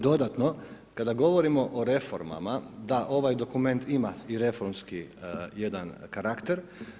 Dodatno, kada govorimo o reformama, da, ovaj dokument ima i reformski jedan karakter.